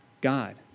God